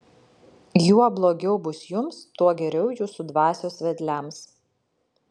juo blogiau bus jums tuo geriau jūsų dvasios vedliams